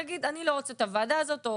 פה,